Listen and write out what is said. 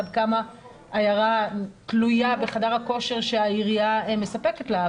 עד כמה עיירה תלויה בחדר כושר שהעירייה מספקת לה,